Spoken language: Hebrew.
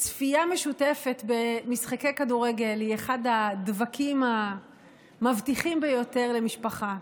צפייה משותפת במשחקי כדורגל היא אחד הדבקים המבטיחים ביותר למשפחה,